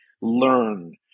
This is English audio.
learn